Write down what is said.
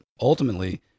Ultimately